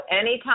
anytime